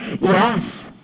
yes